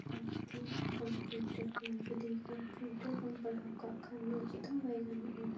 ᱞᱟᱹᱠᱛᱤᱭᱟᱱ ᱠᱚᱢᱯᱤᱭᱩᱴᱟᱨ ᱠᱟᱱᱟ ᱡᱩᱫᱤ ᱠᱚᱢᱯᱤᱭᱩᱴᱟᱨ ᱠᱷᱚᱱᱮᱢ ᱯᱟᱲᱦᱟᱣ ᱠᱟᱜ ᱠᱷᱟᱱ ᱫᱚ ᱪᱮᱫ ᱦᱚᱸ ᱵᱟᱭ ᱜᱟᱱᱚᱜᱼᱟ